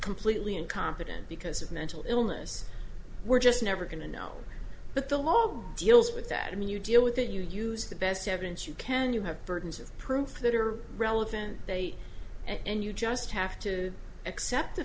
completely incompetent because of mental illness we're just never going to know but the law deals with that i mean you deal with it you use the best evidence you can you have burdens of proof that are relevant and you just have to accept the